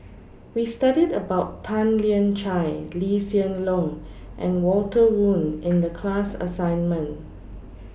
We studied about Tan Lian Chye Lee Hsien Loong and Walter Woon in The class assignment